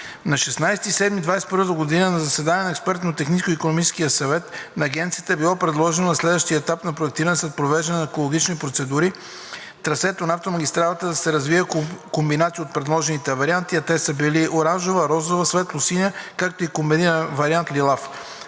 На 16 юли 2021 г. на заседание на Експертния технико-икономически съвет (ЕТИС) на Агенцията е било предложено в следващия етап на проектиране, след провеждане на екологичните процедури, трасето на автомагистралата да се развие по комбинация от предложените варианти, а те са били: оранжева, розова, светлосиня, както и комбиниран вариант лилав.